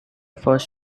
first